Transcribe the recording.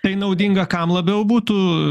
tai naudinga kam labiau būtų